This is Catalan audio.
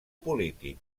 polític